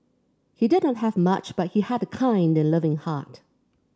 he did not have much but he had a kind and loving heart